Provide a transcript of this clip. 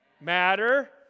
Matter